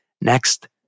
next